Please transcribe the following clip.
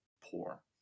poor